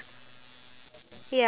what